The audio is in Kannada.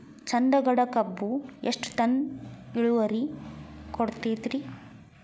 ಚಂದಗಡ ಕಬ್ಬು ಎಷ್ಟ ಟನ್ ಇಳುವರಿ ಕೊಡತೇತ್ರಿ?